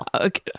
okay